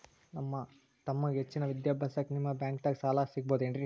ನನ್ನ ತಮ್ಮಗ ಹೆಚ್ಚಿನ ವಿದ್ಯಾಭ್ಯಾಸಕ್ಕ ನಿಮ್ಮ ಬ್ಯಾಂಕ್ ದಾಗ ಸಾಲ ಸಿಗಬಹುದೇನ್ರಿ?